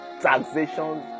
taxation